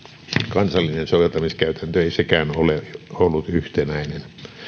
kansallinen soveltamiskäytäntö ei sekään ole ollut yhtenäinen